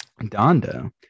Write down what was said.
Donda